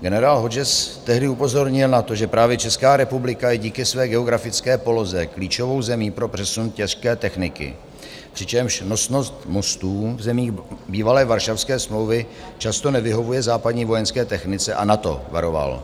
Generál Hodges tehdy upozornil na to, že právě Česká republika je díky své geografické poloze klíčovou zemí pro přesun těžké techniky, přičemž nosnost mostů zemí bývalé Varšavské smlouvy často nevyhovuje západní vojenské technice a NATO, varoval.